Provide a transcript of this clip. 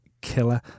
killer